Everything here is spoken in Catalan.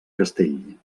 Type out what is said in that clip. castell